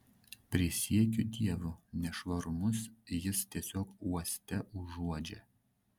prisiekiu dievu nešvarumus jis tiesiog uoste užuodžia